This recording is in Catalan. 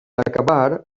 acabar